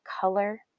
color